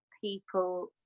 people